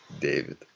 David